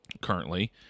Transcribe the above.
currently